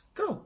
go